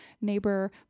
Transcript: neighbor